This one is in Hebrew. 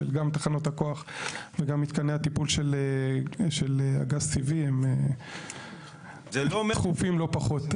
גם תחנות הכוח וגם תחנות הטיפול של הגז טבעי הם דחופים לא פחות.